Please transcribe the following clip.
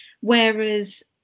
whereas